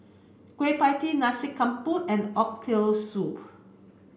Kueh Pie Tee Nasi Campur and Oxtail Soup